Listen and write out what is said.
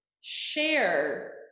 share